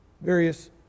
various